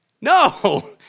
No